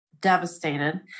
devastated